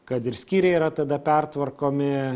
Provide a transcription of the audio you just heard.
kad ir skyriai yra tada pertvarkomi